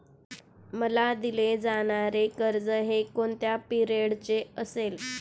मला दिले जाणारे कर्ज हे कोणत्या पिरियडचे असेल?